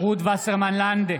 רות וסרמן לנדה,